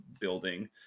building